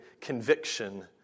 conviction